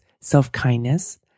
self-kindness